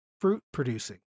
fruit-producing